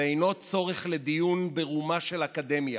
זה אינו צורך בדיון ברומה של אקדמיה,